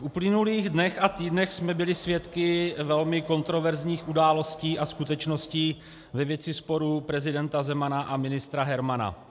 V uplynulých dnech a týdnech jsme byli svědky velmi kontroverzních událostí a skutečností ve věci sporu prezidenta Zemana a ministra Hermana.